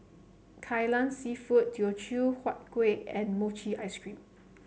Kai Lan seafood Teochew Huat Kueh and Mochi Ice Cream